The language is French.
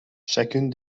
chacune